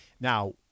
Now